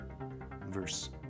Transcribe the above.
Verse